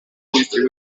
minisitiri